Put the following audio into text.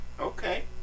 Okay